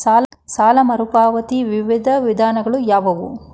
ಸಾಲ ಮರುಪಾವತಿಯ ವಿವಿಧ ವಿಧಾನಗಳು ಯಾವುವು?